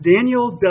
Daniel